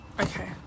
okay